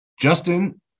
Justin